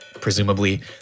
presumably